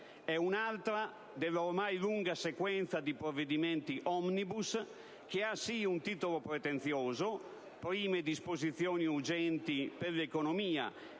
elemento dell'ormai lunga sequenza di provvedimenti *omnibus*, che ha sì un titolo pretenzioso, «Prime disposizioni urgenti per l'economia»,